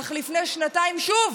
אך לפני שנתיים שוב